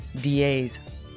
DAs